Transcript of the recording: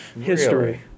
history